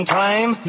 time